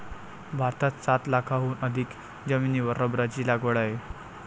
भारतात सात लाखांहून अधिक जमिनीवर रबराची लागवड आहे